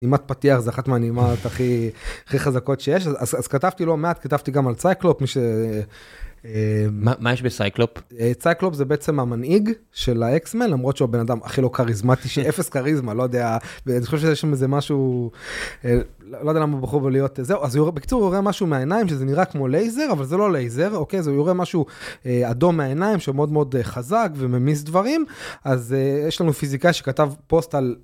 נעימת פתיח, זו אחת מהנעימות הכי חזקות שיש. אז כתבתי לא מעט, כתבתי גם על צייקלופ, מי ש... מה יש בצייקלופ? צייקלופ זה בעצם המנהיג של האקסמן, למרות שהוא הבן אדם הכי לא כריזמטי, שאפס כריזמה, לא יודע. ואני חושב שיש שם איזה משהו, לא יודע למה הוא בחור בלהיות זהו. אז בקצור, הוא יורה משהו מהעיניים, שזה נראה כמו לייזר, אבל זה לא לייזר, אוקיי? הוא יורה משהו אדום מהעיניים, שמאוד מאוד חזק וממיס דברים. אז יש לנו פיזיקאי שכתב פוסט על...